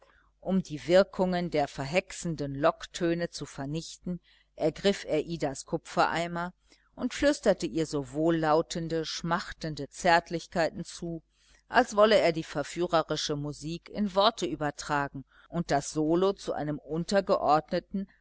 um die wirkungen der verhexenden locktöne zu vernichten ergriff er idas kupfereimer und flüsterte ihr so wohllautende schmachtende zärtlichkeiten zu als wolle er die verführerische musik in worte übertragen und das solo zu einem untergeordneten